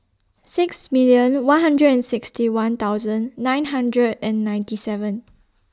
six million one hundred and sixty one thousand nine hundred and ninety seven